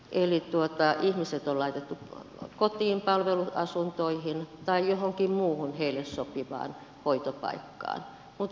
eli ihmiset on laitettu kotiin palveluasuntoihin tai johonkin muuhun heille sopivaan hoitopaikkaan mutta vuodeosastoja ei tarvita